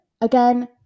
again